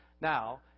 Now